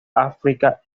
áfrica